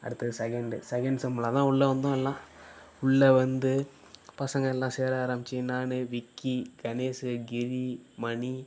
அடுத்தது second second செம்மில் தான் உள்ளே வந்தோம் எல்லா உள்ளே வந்து பசங்க எல்லாம் சேர ஆரம்பித்து நான் விக்கி கணேஷு கிரி மணி